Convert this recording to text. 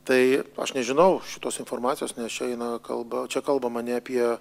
tai aš nežinau šitos informacijos nes čia eina kalba čia kalbama ne apie